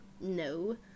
no